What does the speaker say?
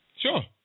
Sure